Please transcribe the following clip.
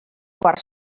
quart